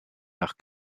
nach